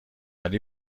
ولی